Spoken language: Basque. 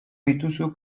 dituzu